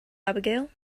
abigail